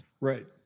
right